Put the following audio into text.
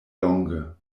longe